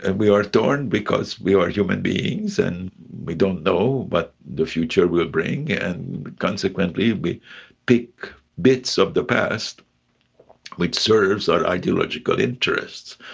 and we are torn because we are human beings and we don't know what but the future will bring and consequently we pick bits of the past which serves our ideological interests.